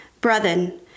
Brethren